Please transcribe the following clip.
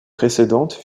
précédentes